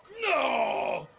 no.